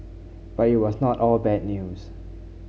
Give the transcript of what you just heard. but it was not all bad news